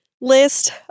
list